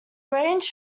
range